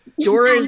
Dora